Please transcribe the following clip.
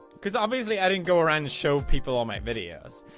cause obviously i didn't go around and show people all my videos.